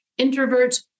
Introverts